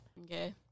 Okay